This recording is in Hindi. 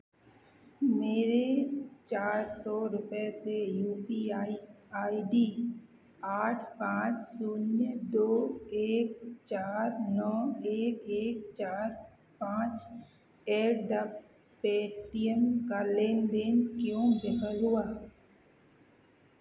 मेरे चार सौ रुपये से U P I I D आठ पाँच शून्य दो एक चार नौ एक एक चार पाँच एट द पेटीएम का लेन देन क्यों विफल हुआ